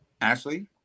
Ashley